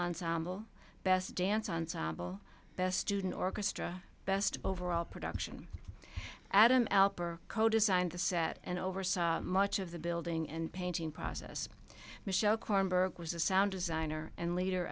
ensemble best dance ensemble best student orchestra best overall production adam alper co designed the set and oversaw much of the building and painting process michelle kornberg was a sound designer and leader